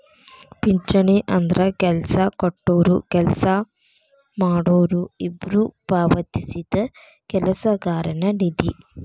ಪಿಂಚಣಿ ಅಂದ್ರ ಕೆಲ್ಸ ಕೊಟ್ಟೊರು ಕೆಲ್ಸ ಮಾಡೋರು ಇಬ್ಬ್ರು ಪಾವತಿಸಿದ ಕೆಲಸಗಾರನ ನಿಧಿ